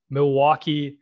Milwaukee